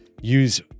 use